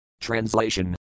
Translation